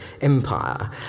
Empire